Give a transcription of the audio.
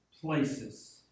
places